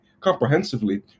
comprehensively